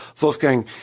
Wolfgang